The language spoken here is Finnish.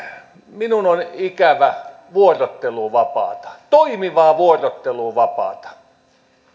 minun on ikävä vuorotteluvapaata toimivaa vuorotteluvapaata